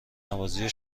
نوازی